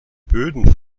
böden